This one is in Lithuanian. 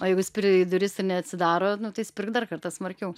o jeigu spiri į duris ir neatsidaro nu tai spirk dar kartą smarkiau